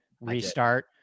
restart